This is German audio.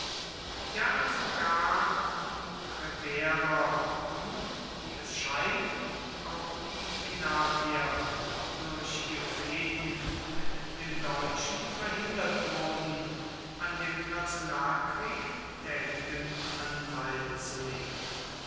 ja sogar die treuerer und wie es scheint auch die menapier durch ihre fehden mit den deutschen verhindert wurden an dem nationalkrieg tätigen anteil zu nehmen